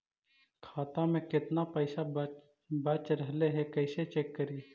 खाता में केतना पैसा बच रहले हे कैसे चेक करी?